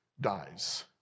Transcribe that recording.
dies